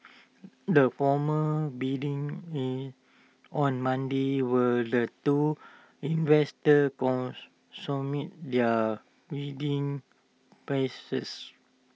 the formal bidding is on Monday were the two investors com submit their bidding prices